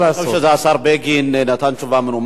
אני חושב שהשר בגין נתן תשובה מנומקת,